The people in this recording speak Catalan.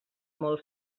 molt